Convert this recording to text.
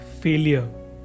failure